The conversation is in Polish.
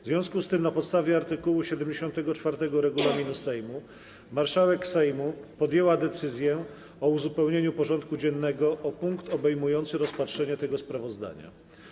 W związku z tym, na podstawie art. 74 regulaminu Sejmu, marszałek Sejmu podjęła decyzję o uzupełnieniu porządku dziennego o punkt obejmujący rozpatrzenie tego sprawozdania.